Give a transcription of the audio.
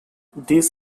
this